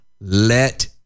let